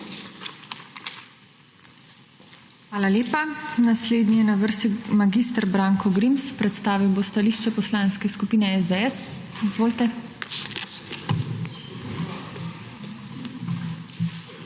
Hvala lepa. Naslednji je na vrsti mag. Branko Grims, predstavil bo stališče Poslanske skupine SDS. Izvolite.